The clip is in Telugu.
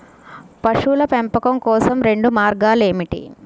పశువుల పెంపకం కోసం రెండు మార్గాలు ఏమిటీ?